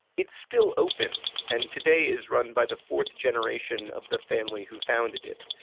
it's still open and today is run by the fourth generation of the family who founded it.